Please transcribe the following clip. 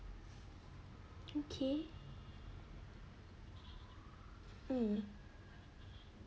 okay um